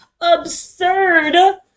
absurd